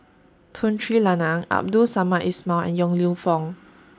Tun Sri Lanang Abdul Samad Ismail and Yong Lew Foong